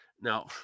Now